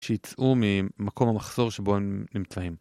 שיצאו ממקום המחסור שבו הם נמצאים.